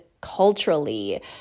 culturally